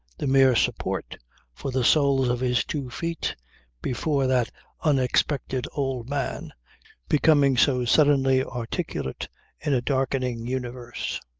the mere support for the soles of his two feet before that unexpected old man becoming so suddenly articulate in a darkening universe.